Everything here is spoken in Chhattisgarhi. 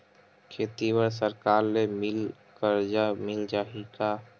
खेती बर सरकार ले मिल कर्जा मिल जाहि का?